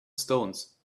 stones